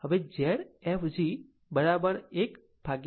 હવે Zfg1Yfg આમ તે 4